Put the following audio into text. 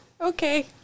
Okay